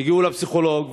הגיעו לפסיכולוג,